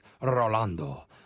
Rolando